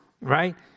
Right